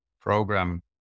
program